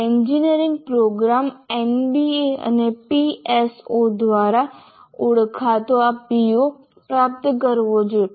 engineering programme NBA અને PSO દ્વારા ઓળખાતા પીઓ પ્રાપ્ત કરવા જોઈએ